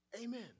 Amen